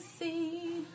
see